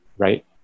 right